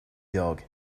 dog